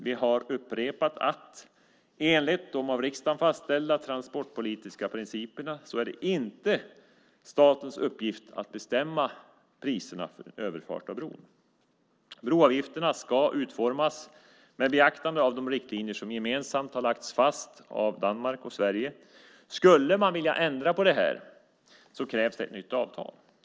Vi har upprepat att det, enligt de av riksdagen fastställda transportpolitiska principerna, inte är statens uppgift att bestämma priserna för överfart av bron. Broavgifterna ska utformas med beaktande av de riktlinjer som gemensamt har lagts fast av Danmark och Sverige. Skulle man vilja ändra på det här krävs det ett nytt avtal.